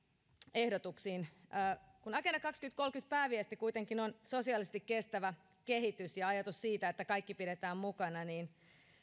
ehdotuksiin kun agenda kaksituhattakolmekymmentän pääviesti kuitenkin on sosiaalisesti kestävä kehitys ja ajatus siitä että kaikki pidetään mukana niin